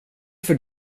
för